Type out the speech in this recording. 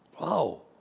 Wow